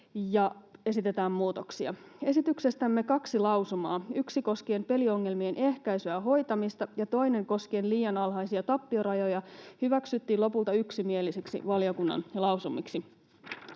esitetään muutoksia. Esityksestämme kaksi lausumaa, yksi koskien peliongelmien ehkäisyä ja hoitamista ja toinen koskien liian alhaisia tappiorajoja, hyväksyttiin lopulta yksimielisiksi valiokunnan lausumiksi.